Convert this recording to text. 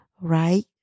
right